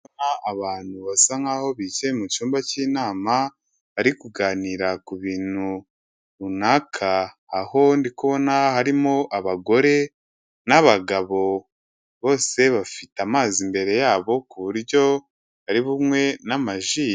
Abantu basa nkaho bicaye mu cyumba cy'inama bari kuganira ku bintu runaka. Aho ndi kubona harimo abagore n'abagabo bose bafite amazi imbere yabo ku buryo ari bunywe n'amaji.